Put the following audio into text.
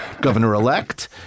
governor-elect